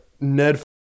Ned